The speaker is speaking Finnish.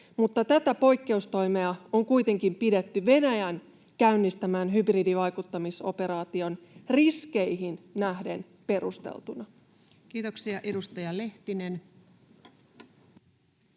Tätä poikkeustoimea on kuitenkin pidetty Venäjän käynnistämän hybridivaikuttamisoperaation riskeihin nähden perusteltuna. Kiitoksia. — Edustaja Lehtinen.